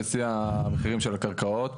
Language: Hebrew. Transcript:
בשיא המחירים של הקרקעות,